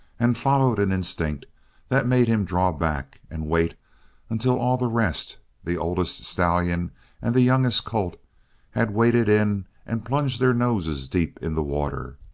and followed an instinct that made him draw back and wait until all the rest the oldest stallion and the youngest colt had waded in and plunged their noses deep in the water.